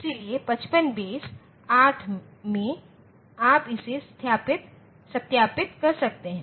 इसलिए 55 बेस 8 में आप इसे सत्यापित कर सकते हैं